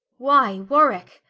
why warwicke,